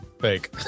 Fake